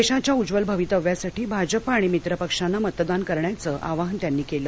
देशाच्या उज्ज्वल भवितव्यासाठी भाजपा आणि मित्र पक्षांना मतदान करण्याचं आवाहन त्यांनी केलं